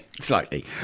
slightly